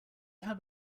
have